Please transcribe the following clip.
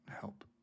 help